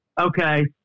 Okay